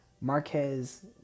Marquez